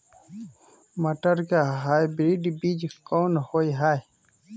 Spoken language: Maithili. मटर के हाइब्रिड बीज कोन होय है?